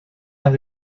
las